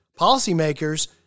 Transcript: policymakers